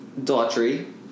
Daughtry